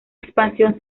expansión